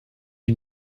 you